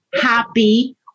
happy